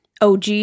OG